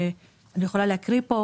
אני יכולה להקריא: